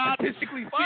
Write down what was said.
Statistically